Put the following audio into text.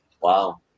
wow